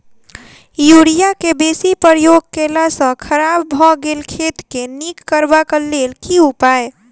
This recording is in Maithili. यूरिया केँ बेसी प्रयोग केला सऽ खराब भऽ गेल खेत केँ नीक करबाक लेल की उपाय?